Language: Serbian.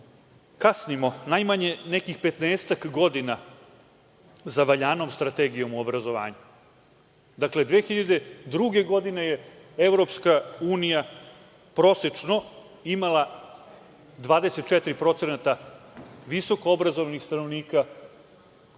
kasnimo najmanje nekih 15-ak godina za valjanom strategijom u obrazovanju. Dakle, 2002. godine je EU prosečno imala 24% visokoobrazovnih stanovnika